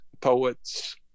poets